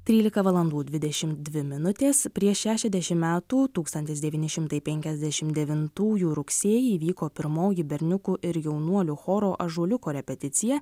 trylika valandų dvidešimt dvi minutės prieš šešiasdešim metų tūkstantis devyni šimtai penkiasdešim devintųjų rugsėjį įvyko pirmoji berniukų ir jaunuolių choro ąžuoliuko repeticija